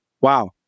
Wow